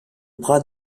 bras